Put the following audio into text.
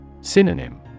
Synonym